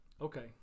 okay